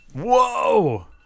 Whoa